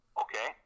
Okay